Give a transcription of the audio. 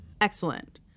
excellent